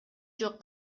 жок